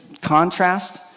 contrast